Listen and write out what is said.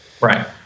Right